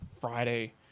Friday